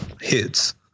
hits